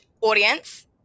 audience